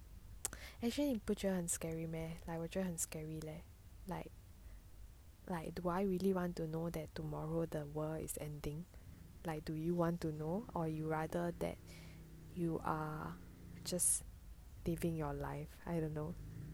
actually you 不觉得很 scary meh like 我觉得很 scary leh like like do I really want to know that tomorrow the world is ending like do you want to know or you rather that you are just living your life I don't know